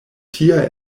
tia